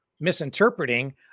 misinterpreting